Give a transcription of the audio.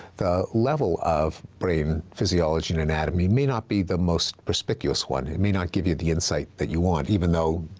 the level of brain physiology and anatomy may not be the most perspicuous one. it may not give you the insight that you want, even though,